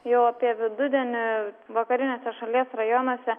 jau apie vidudienį vakariniuose šalies rajonuose